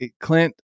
clint